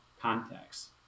context